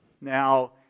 Now